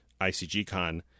ICGCon